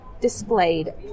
displayed